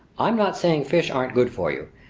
i'm not saying fish aren't good for you,